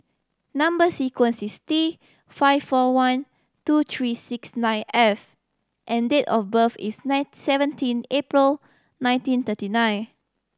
number sequence is T five four one two three six nine F and date of birth is ninth seventeen April nineteen thirty nine